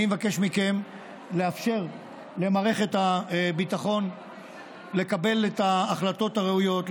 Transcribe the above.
אני אבקש מכם לאפשר למערכת הביטחון לקבל את ההחלטות הראויות,